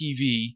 TV